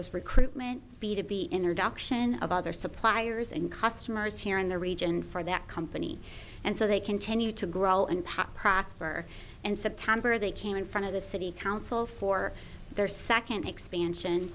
was recruitment be to be in or dock ssion of other suppliers and customers here in the region for that company and so they continue to grow and pack prosper and september they came in front of the city council for their second expansion